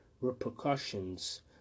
repercussions